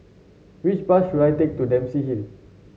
which bus should I take to Dempsey Hill